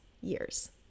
years